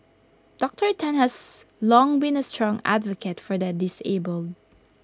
Doctor Tan has long been A strong advocate for the disabled